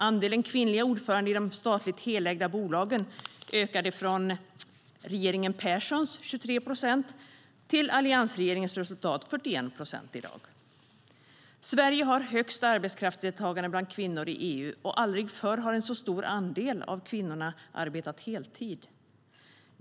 Andelen kvinnliga ordförande i de statligt helägda bolagen ökade från regeringen Perssons 23 procent till alliansregeringens resultat 41 procent i dag. Sverige har högst arbetskraftsdeltagande bland kvinnor i EU, och aldrig förr har en så stor andel av kvinnorna arbetat heltid.